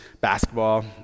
basketball